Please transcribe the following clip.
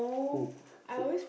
who who